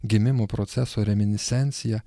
gimimo proceso reminiscencija